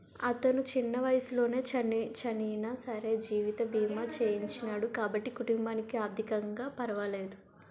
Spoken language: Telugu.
అతను చిన్న వయసులోనే చనియినా సరే జీవిత బీమా చేయించినాడు కాబట్టి కుటుంబానికి ఆర్ధికంగా పరవాలేదు